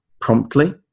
promptly